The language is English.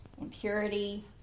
impurity